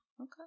Okay